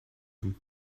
him